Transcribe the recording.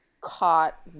caught